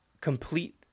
complete